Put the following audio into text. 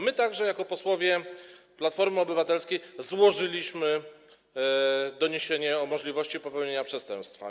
My także jako posłowie Platformy Obywatelskiej złożyliśmy doniesienie o możliwości popełnienia przestępstwa.